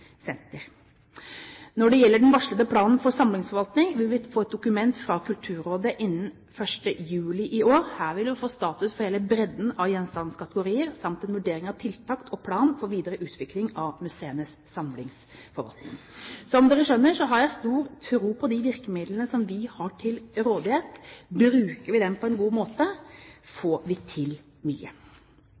senter. Når det gjelder den varslede planen for samlingsforvaltning, vil vi få et dokument fra Kulturrådet innen 1. juli i år. Her vil vi få status for hele bredden av gjenstandskategorier samt en vurdering av tiltak og plan for videre utvikling av museenes samlingsforvaltning. Som man skjønner, har jeg stor tro på de virkemidlene som vi har til rådighet. Bruker vi dem på en god måte, får vi til mye.